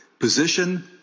position